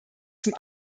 zum